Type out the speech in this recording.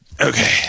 Okay